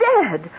dead